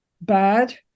bad